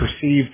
perceived